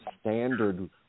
standard